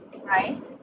right